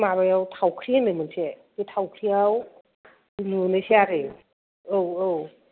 माबायाव थावख्रि होनो मोनसे बे थावख्रियाव लुनोसै आरो औ औ